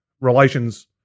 relations